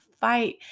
fight